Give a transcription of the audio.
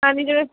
ਹਾਂਜੀ ਜਿਵੇਂ